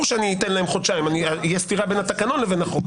שאני אתן להם חודשיים כי אחרת תהיה סתירה בין התקנון לבין החוק.